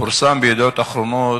פורסם ב"ידיעות אחרונות"